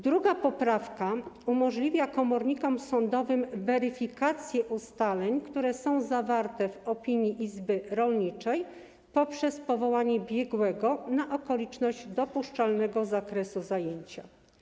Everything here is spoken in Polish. Druga poprawka umożliwia komornikom sądowym weryfikację ustaleń, które są zawarte w opinii izby rolniczej, poprzez powołanie biegłego na okoliczność dopuszczalnego zakresu zajęcia.